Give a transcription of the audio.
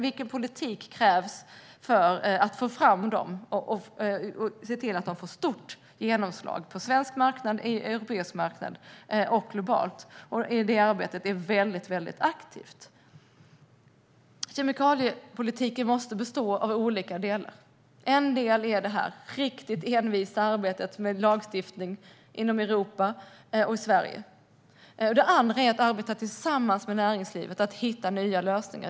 Vilken politik krävs för att få fram dem och se till att de får stort genomslag på svensk, europeisk och global marknad? Det arbetet är väldigt aktivt. Kemikaliepolitiken måste bestå av olika delar. En del är det här riktigt envisa arbetet med lagstiftning i Europa och i Sverige. En annan är att arbeta tillsammans med näringslivet och hitta nya lösningar.